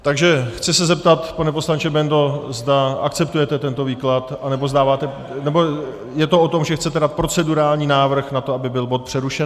Takže chci se zeptat, pane poslanče Bendo, zda akceptujete tento výklad, anebo je to o tom, že chcete dát procedurální návrh na to, aby byl bod přerušen?